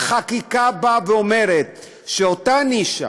החקיקה אומרת שאותה נישה